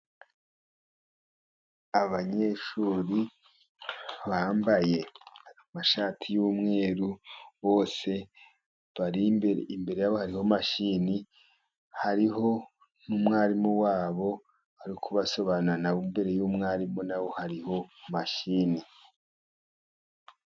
Abanyeshuri bambaye amashati y'umweru, bose bari imbere, imbere yabo hariho mashini, hariho n'umwarimu wabo, ari kubasobanurira, n'imbere y'umwarimu naho hariho mashini.